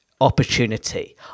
opportunity